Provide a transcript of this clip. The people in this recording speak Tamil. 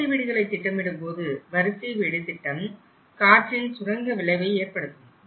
வரிசை வீடுகளை திட்டமிடும்போது வரிசை வீடு திட்டம் காற்றின் சுரங்க விளைவை ஏற்படுத்தும்